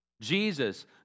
Jesus